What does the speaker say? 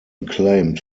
claimed